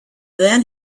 then